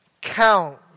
count